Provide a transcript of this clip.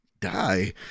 die